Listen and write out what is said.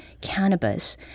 cannabis